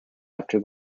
after